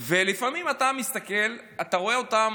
לפעמים אתה מסתכל, אתה רואה אותם